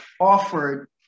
offered